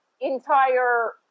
entire